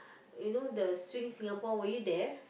you know the swing Singapore were you there